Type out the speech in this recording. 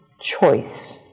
choice